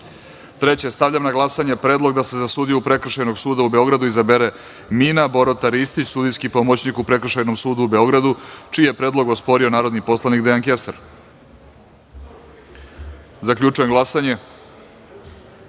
- Stavljam na glasanje predlog da se za sudiju Prekršajnog suda u Beogradu izabere Mina Borota Ristić, sudijski pomoćnik u Prekršajnom sudu u Beogradu, čiji je predlog osporio narodni poslanik Dejan Kesar. Zaključujem glasanje: